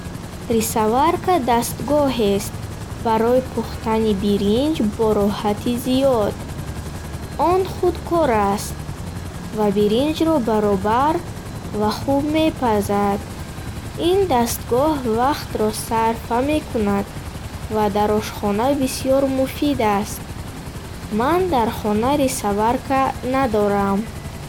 Рисоварка дастгоҳест барои пухтани биринҷ бо роҳати зиёд. Он худкор аст ва биринҷро баробар ва хуб мепазад. Ин дастгоҳ вақтро сарфа мекунад ва дар ошхона бисёр муфид аст. Ман дар хона рисоварка надорам.